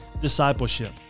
discipleship